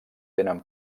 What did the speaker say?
tenen